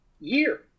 year